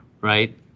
right